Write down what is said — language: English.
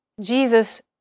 Jesus